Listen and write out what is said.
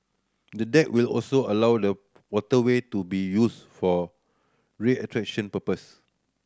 the deck will also allow the waterway to be used for recreation purpose